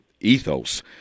ethos